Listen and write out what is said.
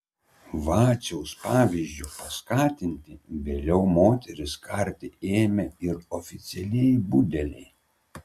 vaciaus pavyzdžio paskatinti vėliau moteris karti ėmė ir oficialieji budeliai